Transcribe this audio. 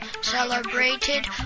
celebrated